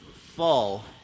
Fall